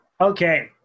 okay